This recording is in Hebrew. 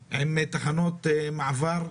משרד הבריאות, שלמעשה אין צורך במעין מעגל שני.